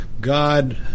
God